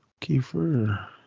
Kiefer